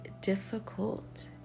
difficult